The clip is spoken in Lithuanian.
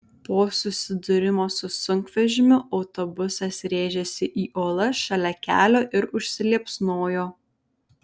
po susidūrimo su sunkvežimiu autobusas rėžėsi į uolas šalia kelio ir užsiliepsnojo